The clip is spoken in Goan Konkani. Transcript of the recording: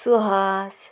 सुहास